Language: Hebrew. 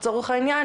לצורך העניין,